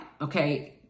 okay